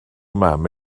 mam